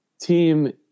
team